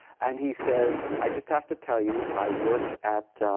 and he says, i just have to tell you, i work at